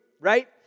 Right